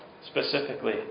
specifically